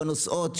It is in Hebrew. בנוסעות,